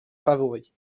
favoris